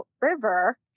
River